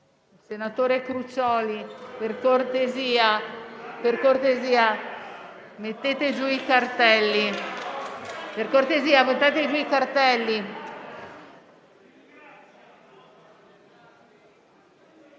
Senatore Crucioli, per cortesia, mettete giù i cartelli.